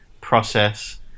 process